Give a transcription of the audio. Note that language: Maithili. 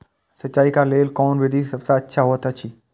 सिंचाई क लेल कोन विधि सबसँ अच्छा होयत अछि?